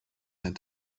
had